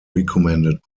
recommended